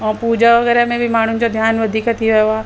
ऐं पूजा वग़ैरह में बि माण्हुनि जो ध्यानु वधीक थी वियो आहे